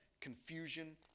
confusion